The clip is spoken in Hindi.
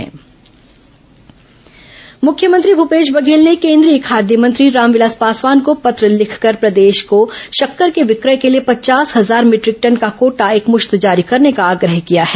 सीएम केन्द्रीय खाद्य मंत्री पत्र मुख्यमंत्री भूपेश बघेल ने केन्द्रीय खाद्य मंत्री रामविलास पासवान को पत्र लिखकर प्रदेश को शक्कर के विक्रय के लिए पचास हजार मीटरिक टन का कोटा एकमश्त जारी करने का आग्रह किया है